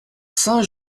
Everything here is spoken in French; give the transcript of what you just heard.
saint